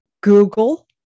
Google